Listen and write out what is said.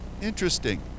interesting